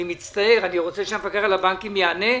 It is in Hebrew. אני מצטער, אני רוצה שהמפקח על הבנקים יענה.